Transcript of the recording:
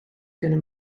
kunnen